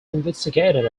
investigated